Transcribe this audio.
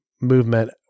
movement